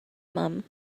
mum